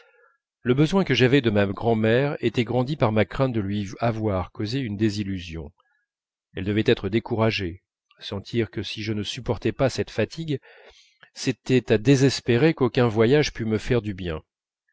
le besoin que j'avais de ma grand'mère était grandi par ma crainte de lui avoir causé une désillusion elle devait être découragée sentir que si je ne supportais pas cette fatigue c'était à désespérer qu'aucun voyage pût me faire du bien